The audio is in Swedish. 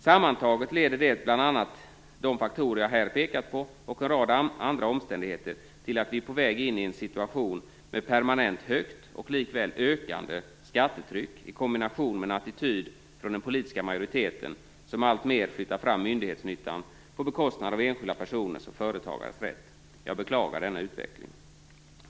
Sammantaget leder bl.a. de faktorer jag pekat på här och en rad andra omständigheter till att vi är på väg in i en situation med permanent högt och likväl ökande skattetryck i kombination med en attityd från den politiska majoriteten som alltmer flyttar fram myndighetsnyttan på bekostnad av enskilda personers och företagares rätt. Jag beklagar denna utveckling.